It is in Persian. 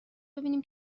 ببینیم